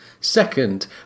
Second